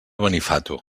benifato